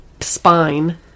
spine